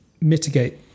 mitigate